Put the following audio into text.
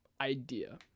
idea